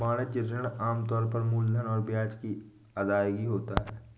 वाणिज्यिक ऋण आम तौर पर मूलधन और ब्याज की अदायगी होता है